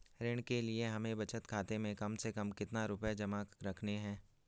ऋण के लिए हमें बचत खाते में कम से कम कितना रुपये जमा रखने हैं?